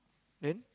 then